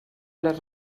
les